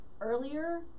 earlier